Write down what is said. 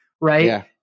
right